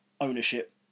ownership